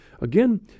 Again